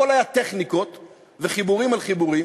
הכול היה טכניקות וחיבורים על חיבורים.